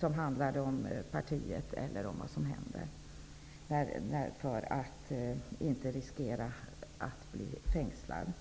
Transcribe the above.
som handlade om partiet eller om vad som händer för att inte riskera att bli fängslade.